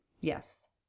Yes